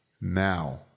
now